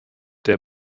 der